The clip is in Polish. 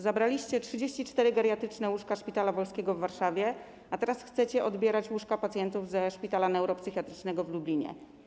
Zabraliście 34 geriatryczne łóżka ze Szpitala Wolskiego w Warszawie, a teraz chcecie odbierać łóżka pacjentów ze Szpitala Neuropsychiatrycznego w Lublinie.